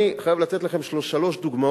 אני חייב לתת לכם שלוש דוגמאות